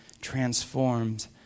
transformed